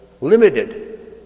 limited